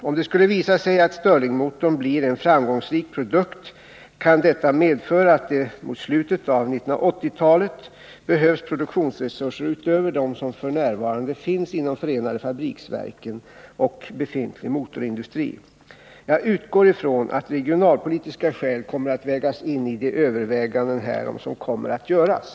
Om det skulle visa sig att stirlingmotorn blir en framgångsrik produkt, kan detta medföra att det mot slutet av 1980-talet behövs produktionsresurser utöver dem som f. n. finns inom förenade fabriksverken och befintlig motorindustri. Jag utgår ifrån att regionalpolitiska skäl kommer att vägas in i de överväganden härom som kommer att göras.